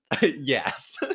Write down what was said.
Yes